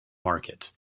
market